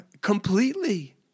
completely